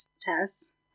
Tess